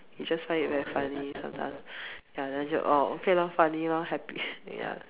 she just find it very funny sometimes ya then 就： jiu oh okay lor funny lor happy ya